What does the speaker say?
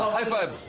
high-five.